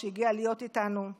שהגיע להיות איתנו,